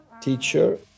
teacher